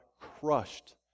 crushed